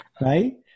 right